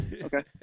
Okay